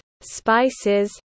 spices